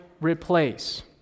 replace